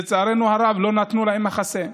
לצערנו הרב, לא נתנו להם מחסה.